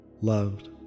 loved